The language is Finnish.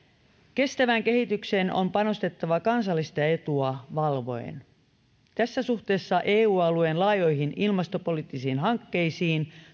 kestävään kehitykseen on panostettava kansallista etua valvoen tässä suhteessa suomen on suhtauduttava varauksella eu alueen laajoihin ilmastopoliittisiin hankkeisiin